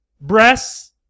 breasts